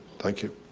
thank you.